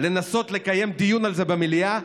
לנסות לקיים דיון על זה במליאה,